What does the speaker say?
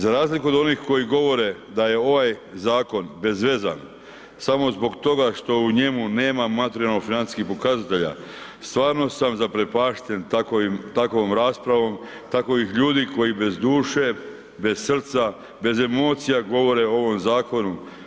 Za razliku od onih koji govore da je ovaj zakon bezvezan, samo zbog toga što u njemu nema materijalno financijskih pokazatelja stvarno sam zaprepašten takovim, takovom raspravom takovih ljudi koji bez duše, bez srca, bez emocija govore o ovom zakonu.